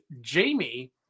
Jamie